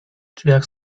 drzwiach